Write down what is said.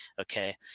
Okay